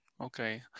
okay